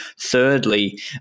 Thirdly